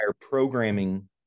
programming